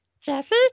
Jesse